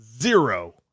zero